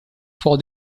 for